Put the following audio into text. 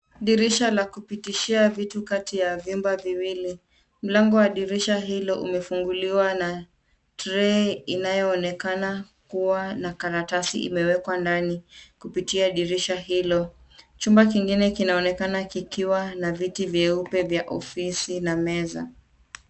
Dirisha la kupitishia vitu kati ya vyumba viwili. Mlango wa dirisha hilo umefunguliwa na trei inayoonekana kuwa na karatasi imewekwa ndani kupitia dirisha hilo. Chumba kingine kinaonekana kikiwa na viti vyeupe vya ofisi na meza.